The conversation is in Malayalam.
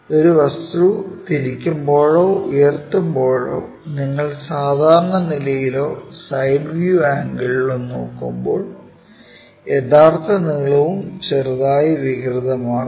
ഒരു വസ്തു തിരിക്കുമ്പോഴോ ഉയർത്തുമ്പോഴോ നിങ്ങൾ സാധാരണ നിലയിലോ സൈഡ് വ്യൂ ആംഗിളുകളിലോ നോക്കുമ്പോൾ യഥാർത്ഥ നീളവും ചെറുതായി വികൃതമാകും